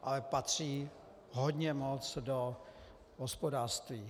Ale patří hodně moc do hospodářství.